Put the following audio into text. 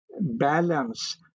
Balance